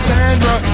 Sandra